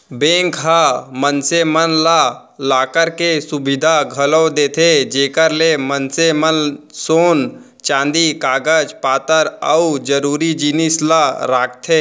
bank ह मनसे मन ला लॉकर के सुबिधा घलौ देथे जेकर ले मनसे मन सोन चांदी कागज पातर अउ जरूरी जिनिस ल राखथें